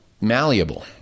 malleable